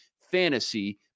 fantasy